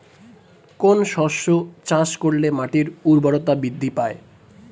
কোন শস্য চাষ করলে মাটির উর্বরতা বৃদ্ধি পায়?